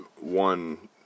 one